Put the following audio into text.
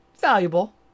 valuable